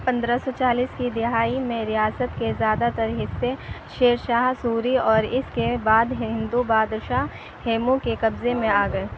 پندرہ سو چالیس کی دہائی میں ریاست کے زیادہ تر حصے شیر شاہ سوری اور اس کے بعد ہندو بادشاہ ہیمو کے قبضے میں آ گئے